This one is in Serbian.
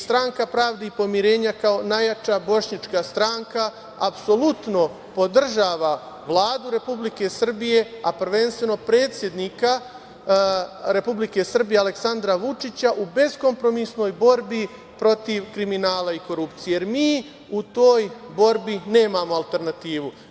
Stranka pravde i pomirenja, kao najjača bošnjačka stranka, apsolutno podržava Vladu Republike Srbije, a prvenstveno predsednika Republike Srbije Aleksandra Vučića u beskompromisnoj borbi protiv kriminala i korupcije, jer mi u toj borbi nemamo alternativnu.